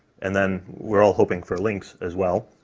and then we're all hoping for lynx as well,